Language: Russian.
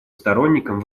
сторонником